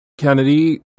Kennedy